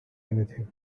anything